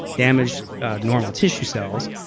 damaged normal tissue cells.